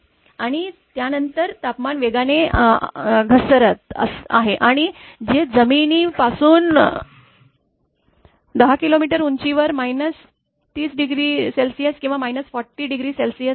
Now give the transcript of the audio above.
आणि त्यानंतर तापमान वेगाने घसरत आहे आणि ते जमिनी पासून १० किलोमीटर उंचीवर 30° किंवा 40° जाईल